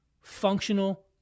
functional